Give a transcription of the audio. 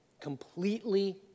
completely